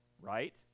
Right